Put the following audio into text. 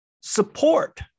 support